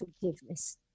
forgiveness